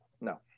no